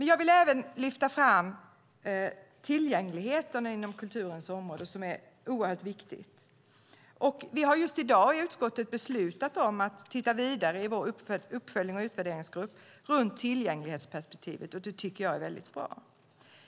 Jag vill även lyfta fram vikten av tillgänglighet inom kulturens område. Vi har just i dag i utskottet beslutat om att i vår uppföljnings och utvärderingsgrupp titta vidare på tillgänglighetsperspektivet, vilket jag tycker är mycket bra.